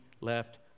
left